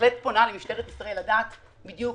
בהחלט פונה למשטרת ישראל, לדעת בדיוק